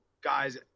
guys